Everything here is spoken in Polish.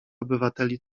obywateli